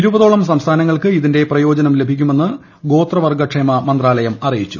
ഇരുപതോളം സംസ്ഥാനങ്ങൾക്ക് ഇ്തുന്റെ പ്രയോജനം ലഭിക്കുമെന്ന് ഗോത്രവർഗ ക്ഷേമ മന്ത്രാലയ്ക് അറിയിച്ചു